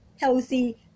healthy